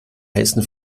heißen